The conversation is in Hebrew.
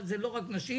אבל זה לא רק נשים,